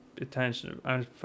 attention